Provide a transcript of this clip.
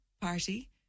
party